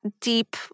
deep